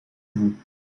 vous